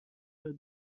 would